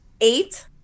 eight